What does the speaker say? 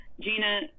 Gina